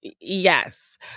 yes